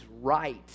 right